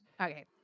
Okay